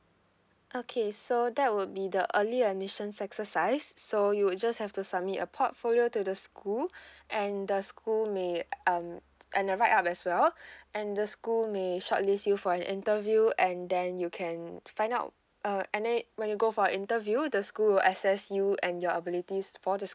okay so that would be the early admissions exercise so you would just have to submit a portfolio to the school and the school may um and write up as well and the school may shortlist you for an interview and then you can find out uh and then when you go for the interview the school will assess you and your abilities for the school